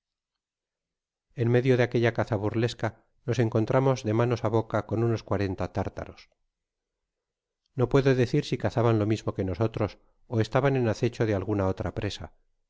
en medio de aquella caza burlesca nos encontramos de manos á boca con unos cuarenta tártaros no puedo decir si cazaban lo mismo que nosotros ó estaban en acecho de alguna otra presa